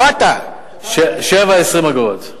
7.20 אגורות.